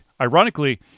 ironically